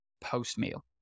post-meal